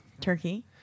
Turkey